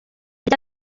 rya